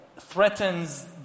threatens